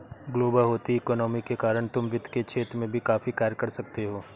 global होती economy के कारण तुम वित्त के क्षेत्र में भी काफी कार्य कर सकते हो